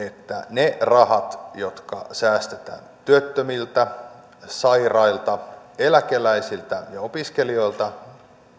iso osa niistä rahoista jotka säästetään työttömiltä sairailta eläkeläisiltä ja opiskelijoilta